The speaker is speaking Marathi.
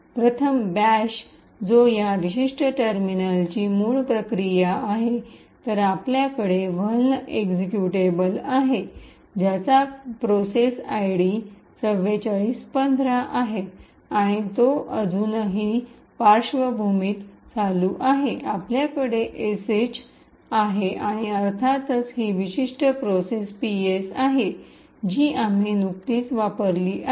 प्रथम बॅश जो या विशिष्ट टर्मिनलची मूळ प्रक्रिया आहे तर आपल्याकडे वाल्न एक्झिक्युटेबल आहे ज्याचा प्रोसेस आयडी ४४१५ आहे आणि तो अजूनही पार्श्वभूमीत चालू आहे आपल्याकडे sh आहे आणि अर्थातच ही विशिष्ट प्रोसेस ps आहे जी आम्ही नुकतीच वापरली आहे